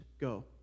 go